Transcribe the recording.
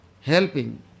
helping